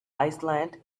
iceland